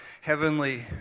heavenly